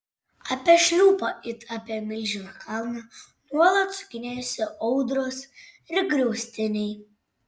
apie šliūpą it apie milžiną kalną nuolat sukinėjosi audros ir griaustiniai